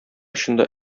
очында